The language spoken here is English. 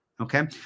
Okay